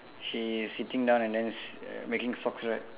she is sitting down and then s~ uh making socks right